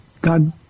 God